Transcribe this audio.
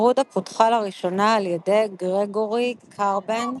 הקיטרודה פותחה לראשונה על ידי גרוגורי קרבן,